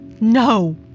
No